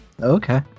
Okay